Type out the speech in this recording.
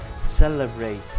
celebrate